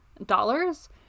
Dollars